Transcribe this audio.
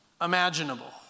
imaginable